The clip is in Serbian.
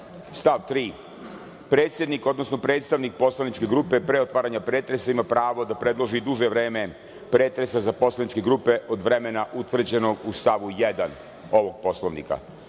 stav 3, predsednik, odnosno predstavnik poslaničke grupe pre otvaranja pretresa ima pravo da predloži duže vreme pretresa za poslaničke grupe od vremena utvrđenog u stavu 1. ovog Poslovnika. Predlažem